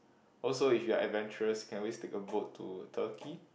also if you are adventurous can always take a boat to Turkey